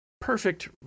perfect